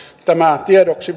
tämä vain tiedoksi